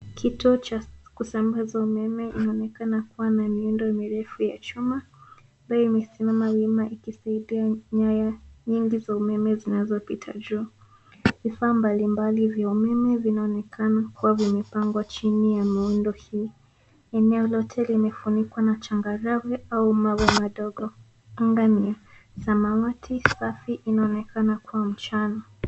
Hii ni kituo ya kusambaza umeme inaonekenana kuwa na miundo mirefu ya chuma ambayo imesimama wima ikisaidia nyaya nyingi za umeme zinazopita juu. Vifaa mbalimbali vya umeme vinaonekana kuwa vimepangwa chini ya muundo hii. Eneo lote limefunikwa na changarawe au mawe madogo. Angaa ni samawati safi inaonekana kwa mchana.